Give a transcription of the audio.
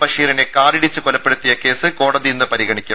ബഷീറിനെ കാറിടിച്ച് കൊലപ്പെടുത്തിയ കേസ് കോടതി ഇന്ന് പരിഗണിക്കും